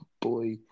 boy